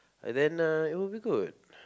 and then uh it will be good